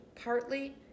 Partly